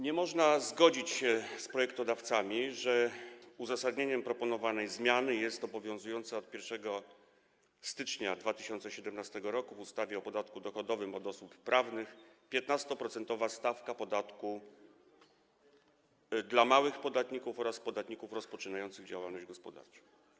Nie można zgodzić się z projektodawcami, że uzasadnieniem proponowanej zmiany jest obowiązująca od 1 stycznia 2017 r. w ustawie o podatku dochodowym od osób prawnych 15-procentowa stawka podatku dla małych podatników oraz podatników rozpoczynających działalność gospodarczą.